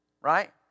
right